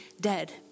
dead